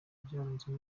byaranzwe